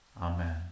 Amen